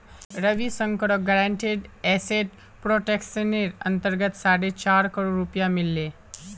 रविशंकरक guaranteed asset प्रोटेक्शनेर अंतर्गत साढ़े चार करोड़ रुपया मिल ले